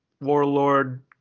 warlord